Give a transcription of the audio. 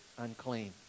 unclean